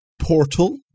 portal